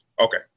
Okay